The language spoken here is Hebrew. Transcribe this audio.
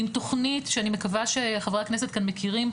עם תוכנית שאני מקווה שחברי הכנסת כאן מכירים,